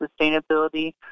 sustainability